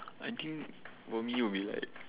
I think for me will be like